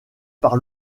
par